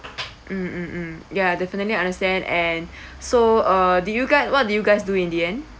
mm mm mm ya definitely understand and so uh did you guys what did you guys do in the end